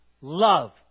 Love